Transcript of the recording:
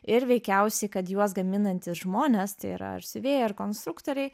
ir veikiausiai kad juos gaminantys žmonės tai yra ar siuvėjai ar konstruktoriai